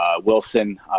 Wilson